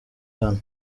hano